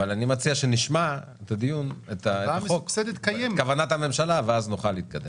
אבל אני מציע שנשמע את כוונת הממשלה ואז נוכל להתקדם.